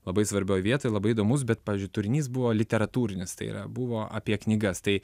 labai svarbioj vietoj labai įdomus bet pavyzdžiui turinys buvo literatūrinis tai yra buvo apie knygas tai